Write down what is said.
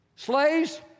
Slaves